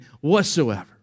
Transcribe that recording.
whatsoever